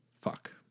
fuck